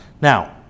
Now